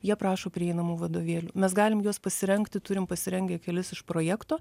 jie prašo prieinamų vadovėlių mes galim juos pasirengti turim pasirengę kelis iš projekto